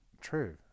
true